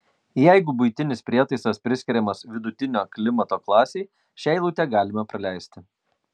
jeigu buitinis prietaisas priskiriamas vidutinio klimato klasei šią eilutę galima praleisti